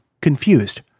confused